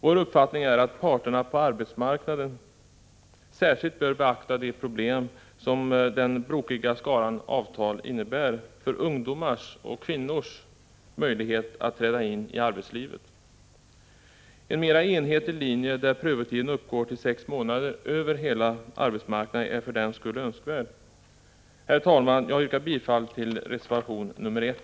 Vår uppfattning är att parterna på arbetsmarknaden särskilt bör beakta de problem som den brokiga skaran av avtal innebär för ungdomars och kvinnors möjlighet att träda in i arbetslivet. En mer enhetlig linje, där prövotiden uppgår till sex månader över hela arbetsmarknaden, är för den skull önskvärd. Herr talman! Jag yrkar bifall till reservation 1.